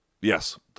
yes